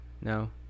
No